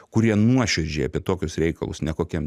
kurie nuoširdžiai apie tokius reikalus ne kokiam